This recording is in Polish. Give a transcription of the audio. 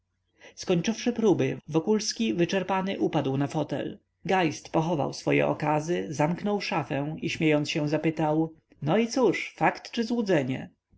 skończywszy próby wokulski wyczerpany upadł na fotel geist pochował swoje okazy zamknął szafę i śmiejąc się zapytał no i cóż fakt czy złudzenie